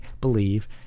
believe